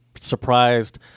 surprised